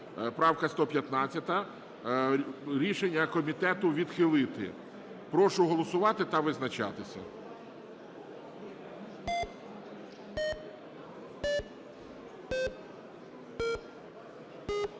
правка 115. Рішення комітету – відхилити. Прошу голосувати та визначатися.